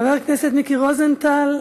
חבר הכנסת מיקי רוזנטל,